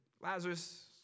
Lazarus